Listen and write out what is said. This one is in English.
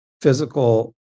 physical